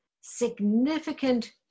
significant